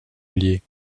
liée